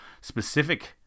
specific